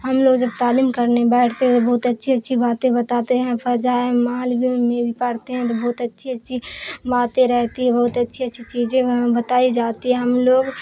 ہم لوگ جب تعلیم کرنے بیٹھتے تو بہت اچھی اچھی باتیں بتاتے ہیں فضائل اعمال بھی میں بھی پڑھتے ہیں تو بہت اچھی اچھی باتیں رہتی ہیں بہت اچھی اچھی چیزیں بتائی جاتی ہیں ہم لوگ